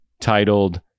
titled